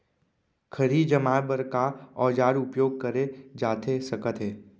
खरही जमाए बर का औजार उपयोग करे जाथे सकत हे?